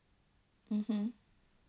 mmhmm